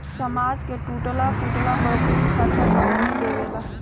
सामान के टूटला फूटला पर कुल खर्चा कंपनी देवेला